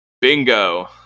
Bingo